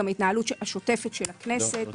גם התנהלות השוטפת של הכנסת